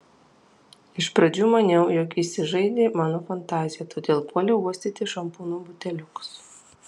iš pradžių maniau jog įsižaidė mano fantazija todėl puoliau uostyti šampūno buteliukus